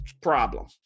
problem